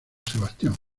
sebastián